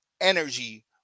energy